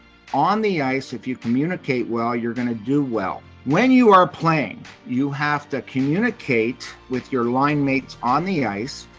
on the ice, if you communicate well, you're going to do well. when you are playing, you have to communicate with your line mates on the ice.